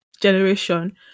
generation